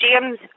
James